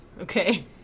okay